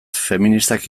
feministak